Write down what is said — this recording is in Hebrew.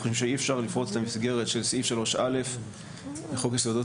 אנחנו חושבים שאי אפשר לפרוץ את המסגרת של סעיף 3(א) לחוק יסודות